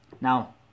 Now